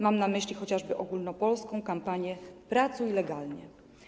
Mam na myśli chociażby ogólnopolską kampanię „Pracuję legalnie!